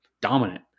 dominant